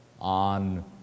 On